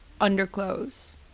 underclothes